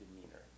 demeanor